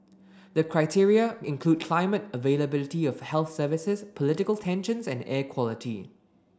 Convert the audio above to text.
the criteria include climate availability of health services political tensions and air quality